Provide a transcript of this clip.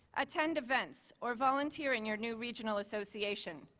attend events or volunteer in your new regional associations.